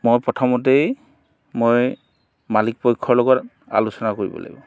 মই প্ৰথমতেই মই মালিকপক্ষৰ লগত আলোচনা কৰিব লাগিব